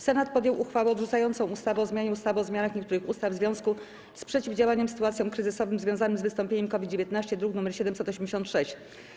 Senat podjął uchwałę odrzucającą ustawę o zmianie ustawy o zmianie niektórych ustaw w związku z przeciwdziałaniem sytuacjom kryzysowym związanym z wystąpieniem COVID-19, druk nr 786.